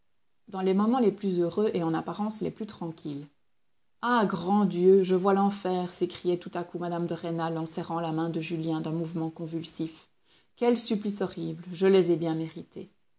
dans les moments les plus heureux et en apparence les plus tranquilles ah grand dieu je vois l'enfer s'écriait tout à coup mme de rênal en serrant la main de julien d'un mouvement convulsif quels supplices horribles je les ai bien mérités